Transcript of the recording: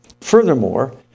Furthermore